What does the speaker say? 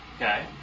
Okay